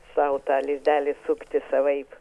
sau tą lizdelį sukti savaip